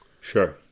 Sure